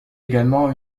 également